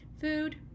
Food